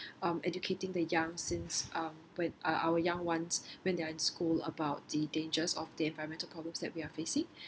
um educating the young since um when our our young ones when they're in school about the dangers of the environmental problems that we are facing